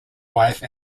wife